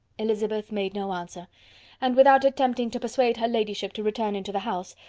elizabeth made no answer and without attempting to persuade her ladyship to return into the house,